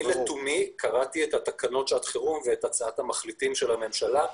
אני לתומי קראתי את תקנות שעת החירום ואת הצעת המחליטים של הממשלה,